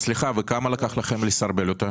וכמה זמן לקח לכם לסרבל אותה?